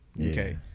okay